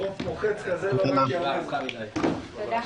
הישיבה ננעלה בשעה 15:12.